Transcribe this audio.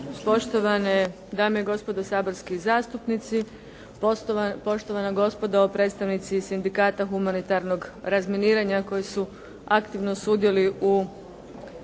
poštovane dame i gospodo saborski zastupnici, poštovana gospodo predstavnici sindikata humanitarnog razminiranja koji su aktivno sudjeluju